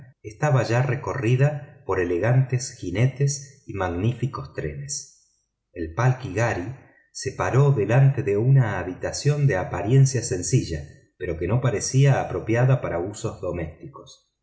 estaba ya recorrida por elegantes jinetes y magníficos carruajes el palki ghari se paró delante de un edificio de apariencia sencilla pero que no parecía apropiado para usos domésticos